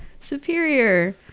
superior